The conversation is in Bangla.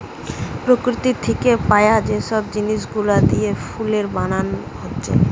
প্রকৃতি থিকে পায়া যে সব জিনিস গুলা দিয়ে ফুয়েল বানানা হচ্ছে